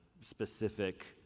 specific